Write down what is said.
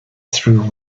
through